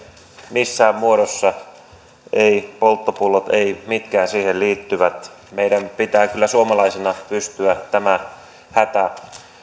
missään muodossa eivät polttopullot eivät mitkään siihen liittyvät meidän pitää kyllä suomalaisina pystyä tämä hätä